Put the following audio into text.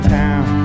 town